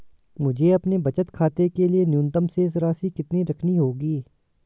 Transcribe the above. मुझे अपने बचत खाते के लिए न्यूनतम शेष राशि कितनी रखनी होगी?